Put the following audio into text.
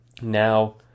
Now